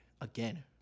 again